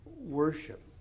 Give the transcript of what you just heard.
worship